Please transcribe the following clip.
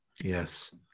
Yes